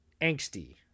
angsty